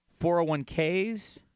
401Ks